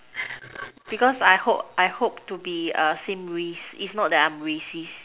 because I hope I hope to be uh same race it's not that I'm racist